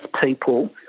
people